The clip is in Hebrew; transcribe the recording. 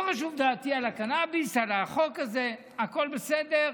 לא חשובה דעתי על הקנביס, על החוק הזה, הכול בסדר.